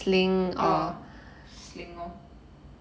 uh sling loh